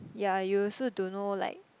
yeah you also don't know like